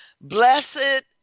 Blessed